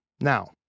Now